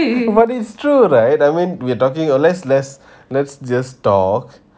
but is true right I mean we are talking let's let's let's just talk